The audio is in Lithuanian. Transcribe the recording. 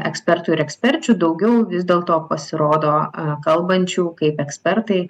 ekspertų ir eksperčių daugiau vis dėlto pasirodo kalbančių kaip ekspertai